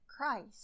Christ